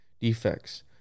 defects